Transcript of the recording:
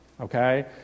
okay